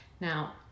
Now